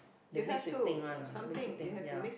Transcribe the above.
they mix with thing one lah they mix with thing ya